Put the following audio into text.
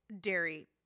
dairy